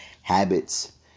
habits